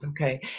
Okay